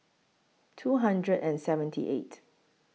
two hundred and seventy eight